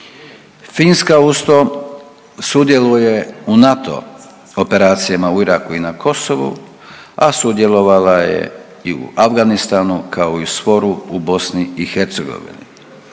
Finska uz to sudjeluje u NATO operacijama u Iraku i na Kosovu, a sudjelovala je i u Afganistanu kao i SFOR-u u BiH. S druge